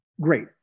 great